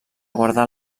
guardar